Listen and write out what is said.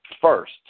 first